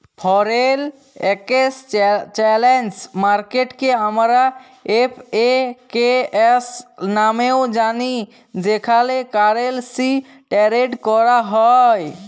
foreign exchange মার্কেটকে আমরা এফ.এ.কে.এস লামেও জালি যেখালে কারেলসি টেরেড ক্যরা হ্যয়